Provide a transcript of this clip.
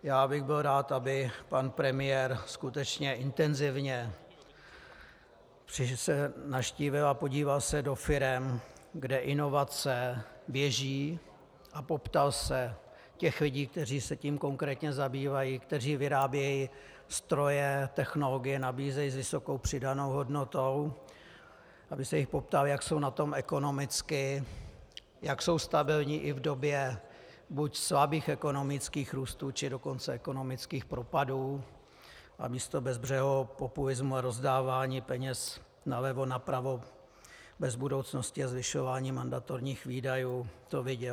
Byl bych rád, aby pan premiér skutečně intenzivně přišel, navštívil a podíval se do firem, kde inovace běží, a poptal se těch lidí, kteří se tím konkrétně zabývají, kteří vyrábějí stroje, technologie nabízejí s vysokou přidanou hodnotou, aby se jich poptal, jak jsou na tom ekonomicky, jak jsou stabilní i v době buď slabých ekonomických růstů, či dokonce ekonomických propadů, a místo bezbřehého populismu a rozdávání peněz nalevo, napravo, bez budoucnosti a zvyšování mandatorních výdajů to viděl.